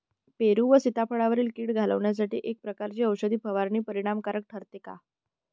पेरू व सीताफळावरील कीड घालवण्यासाठी एकाच प्रकारची औषध फवारणी परिणामकारक ठरते का?